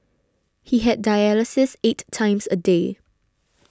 he had dialysis eight times a day